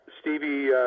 Stevie